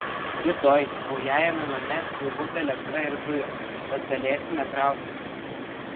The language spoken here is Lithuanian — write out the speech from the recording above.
rytoj naujajame name jau bus elektra ir dujos tad galėsime kraustytis